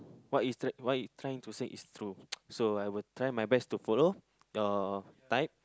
what is the what your trying to say is true so I will try my best to follow your type